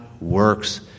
works